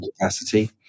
capacity